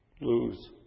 lose